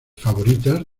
favoritas